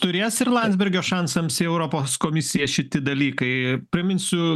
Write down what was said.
turės ir landsbergio šansams į europos komisiją šitie dalykai priminsiu